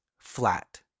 Flat